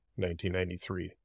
1993